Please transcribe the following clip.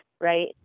right